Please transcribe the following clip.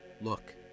Look